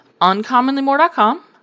Uncommonlymore.com